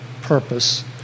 purpose